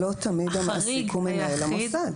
לא תמיד המעסיק הוא מנהל המוסד.